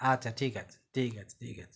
আচ্ছা ঠিক আছে ঠিক আছে ঠিক আছে